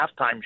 halftime